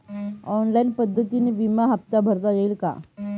Online पद्धतीने विमा हफ्ता भरता येईल का?